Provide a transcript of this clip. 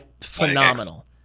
phenomenal